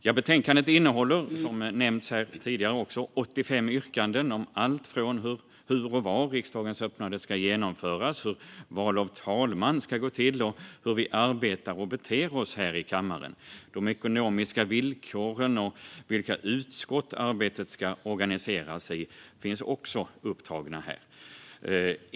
Som tidigare nämnts här innehåller betänkandet 85 yrkanden om allt från hur och var riksdagens öppnande ska genomföras till hur val av talman ska gå till och hur vi arbetar och beter oss här i kammaren. De ekonomiska villkoren och vilka utskott arbetet ska organiseras i finns också upptagna här.